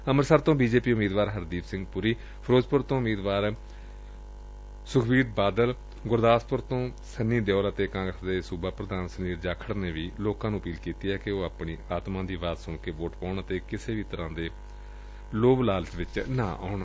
ਅਮ੍ਤਿਤਸਰ ਤੋਂ ਬੀਜੇਪੀ ਉਮੀਦਵਾਰ ਹਰਦੀਪ ਸਿੰਘ ਪੁਰੀ ਫਿਰੋਜਪੁਰ ਤੋਂ ਉਮੀਦਵਾਰ ਸੁਖਬੀਰ ਬਾਦਲ ਗੁਰਦਾਸਪੁਰ ਤੋਂ ਉਮੀਦਵਾਰ ਸੰਨੀ ਦਿਓਲ ਅਤੇ ਕਾਂਗਰਸ ਦੇ ਸੁਬਾ ਪ੍ਧਾਨ ਸੁਨੀਲ ਜਾਖੜ ਨੇ ਵੀ ਲੋਕਾਂ ਨੂੰ ਅਪੀਲ ਕੀਤੀ ਐ ਕਿ ਉਹ ਅਪਣੀ ਆਤਮਾ ਦੀ ਆਵਾਜ ਸੁਣ ਕੇ ਵੋਟ ਪਾਉਣ ਅਤੇ ਕਿਸੇ ਵੀ ਤਰ੍ਹਾ ਦੇ ਪ੍ਰਲੋਭਨ ਵਿੱਚ ਨਾ ਆਉਣ